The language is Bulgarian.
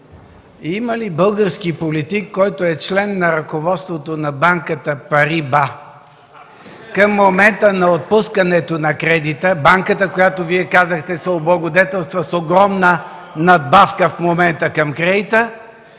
има ли български политик, който е член на ръководството на банката „Париба” (смях и ръкопляскания от ГЕРБ) към момента на отпускането на кредита? Банката, която Вие казахте, се облагодетелства с огромна надбавка в момента към кредита.